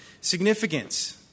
significance